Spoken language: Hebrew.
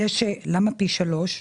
למה פי שלושה?